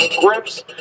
grips